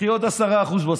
קחי עוד 10% בשכר.